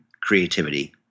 creativity